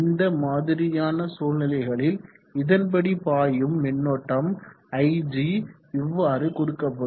இந்த மாதிரியான சூழ்நிலைகளில் இதன்படி பாயும் மின்னோட்டம் ig இவ்வாறு கொடுக்கப்படும்